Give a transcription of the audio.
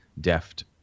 deft